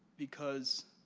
because